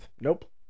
Nope